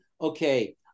okay